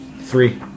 Three